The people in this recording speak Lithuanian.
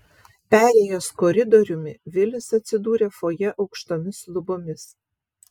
perėjęs koridoriumi vilis atsidūrė fojė aukštomis lubomis